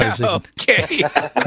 Okay